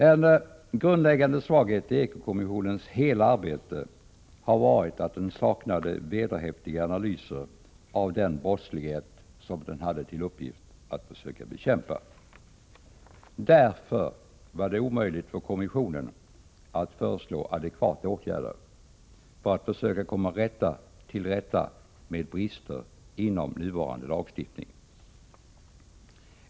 En grundläggande svaghet i eko-kommissionens hela arbete har varit att den saknade vederhäftiga analyser av den brottslighet som den hade till uppgift att försöka bekämpa. Därför var det omöjligt för kommissionen att föreslå adekvata åtgärder för att försöka komma till rätta med brister inom nuvarande lagstiftning.